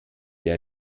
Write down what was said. der